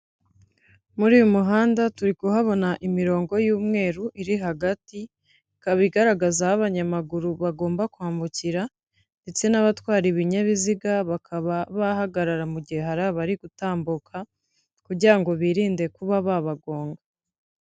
Muri uyu muhanda turi kuhabona imirongo y'umweru iri hagati, ikaba igaragaza aho abanyamaguru bagomba kwambukira ndetse n'abatwara ibinyabiziga, bakaba bahagarara mu gihe hari abari gutambuka kugira ngo birinde kuba babagonga.